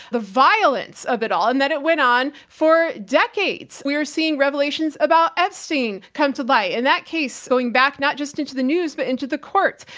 the violence of it all, and then it went on for decades. we are seeing revelations about epstein come to light, in that case going back not just into the news but into the courts.